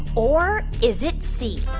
or is it c,